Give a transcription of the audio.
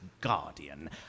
guardian